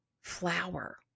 flower